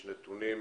האם יש נתונים